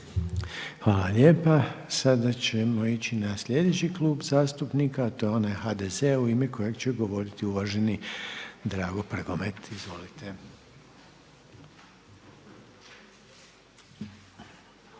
Hvala lijepa. Sada ćemo ići na sljedeći Klub zastupnika, a to je onaj HDZ-a u ime kojeg će govoriti uvaženi Drago Prgomet. Izvolite.